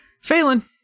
Phelan